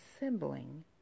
assembling